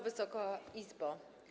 Wysoka Izbo!